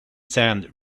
sand